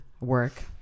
work